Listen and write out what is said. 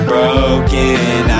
Broken